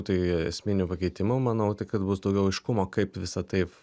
tai esminių pakeitimų manau tai kad bus daugiau aiškumo kaip visa tai